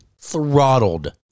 Throttled